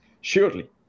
surely